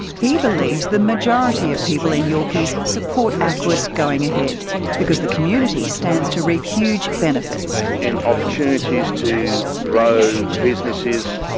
he believes the majority of people in yorkeys support aquis going ahead because the community stands to reap huge benefits. in opportunities to grow businesses,